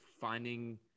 finding